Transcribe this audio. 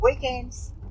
Weekends